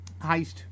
Heist